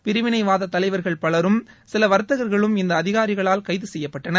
பிரிவினைவாத தலைவர்கள் பலரும் சில வர்த்தகர்களும் இந்த அதிகாரிகளால் கைது செய்யப்பட்டனர்